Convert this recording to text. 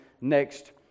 next